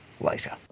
later